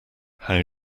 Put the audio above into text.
how